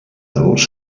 adults